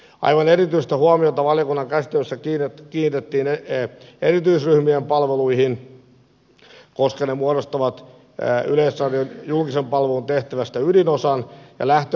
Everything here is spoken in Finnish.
aivan erityistä huomiota valiokunnan käsittelyssä kiinnitettiin erityisryhmien palveluihin koska ne muodostavat yleisradion julkisen palvelun tehtävästä ydinosan